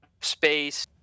space